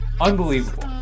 unbelievable